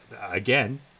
again